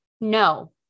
No